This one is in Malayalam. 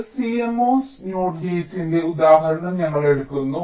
ഒരു CMOS NOT ഗേറ്റിന്റെ ഉദാഹരണം ഞങ്ങൾ എടുക്കുന്നു